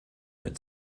mit